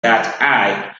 that